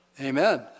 Amen